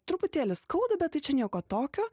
truputėlį skauda bet tai čia nieko tokio